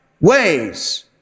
ways